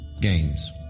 games